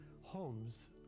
homes